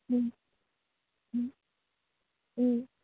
ও